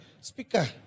speaker